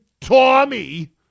Tommy